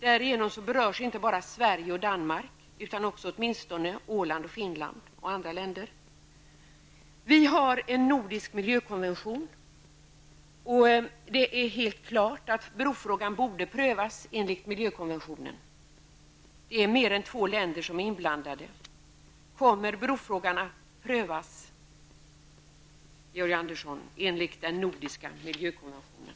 Därigenom berörs inte bara Sverige och Danmark utan också Åland och Vi har en nordisk miljökonvention, och det är helt klart att brofrågan borde prövas enligt miljökonventionen. Det är mer än två länder som är inblandade. Kommer brofrågan att prövas, Georg Andersson, enligt den nordiska miljöbrokonventionen?